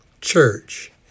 church